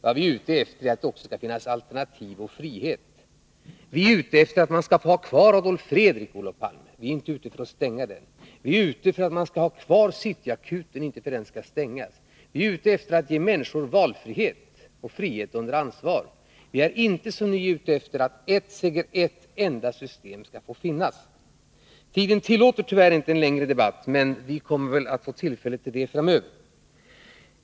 Vad vi är ute efter är att det också skall finnas alternativ och frihet. Vi är ute efter att man skall få ha kvar Adolf Fredrik — inte att man stänger den skolan. Vi är ute efter att man skall ha kvar City-akuten — inte att den skall stängas. Vi är ute efter att ge människor valfrihet och frihet under ansvar. Vi är inte som ni ute efter att eft enda system skall få finnas. Tiden tillåter tyvärr inte någon längre debatt, men vi kommer väl att få tillfälle till det framöver.